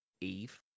eve